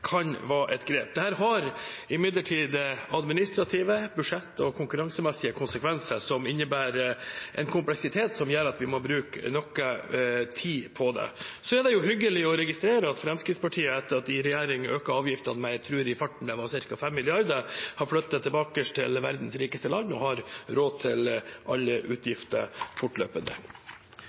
kan være et grep. Dette har imidlertid administrative budsjett- og konkurransemessige konsekvenser som innebærer en kompleksitet som gjør at vi må bruke noe tid på det. Så er det jo hyggelig å registrere at Fremskrittspartiet – etter at de i regjering økte avgiftene med det jeg i farten tror var ca. 5 mrd. kr – har flyttet tilbake til verdens rikeste land og har råd til alle utgifter fortløpende.